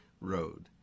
Road